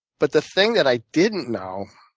but the thing that i didn't know,